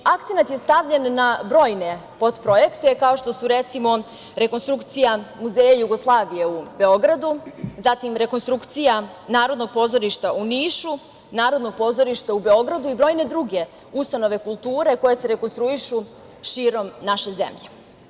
Akcenat je stavljen na brojne potprojekte, kao što su, recimo, rekonstrukcija Muzeja Jugoslavije u Beogradu, zatim, rekonstrukcija Narodnog pozorišta u Nišu, Narodnog pozorišta u Beogradu i brojne druge ustanove kulture koje se rekonstruišu širom naše zemlje.